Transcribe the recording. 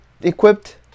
equipped